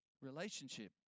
relationship